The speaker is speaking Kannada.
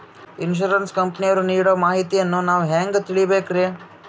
ಇನ್ಸೂರೆನ್ಸ್ ಕಂಪನಿಯವರು ನೀಡೋ ಮಾಹಿತಿಯನ್ನು ನಾವು ಹೆಂಗಾ ತಿಳಿಬೇಕ್ರಿ?